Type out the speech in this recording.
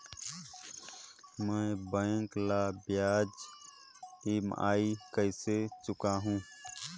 मैं बैंक ला ब्याज ई.एम.आई कइसे चुकाहू?